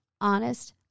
honest